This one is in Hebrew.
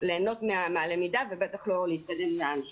ליהנות מהלמידה ובטח לא להתקדם לאן שהוא.